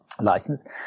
license